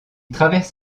traverse